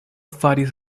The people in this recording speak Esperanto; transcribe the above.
faris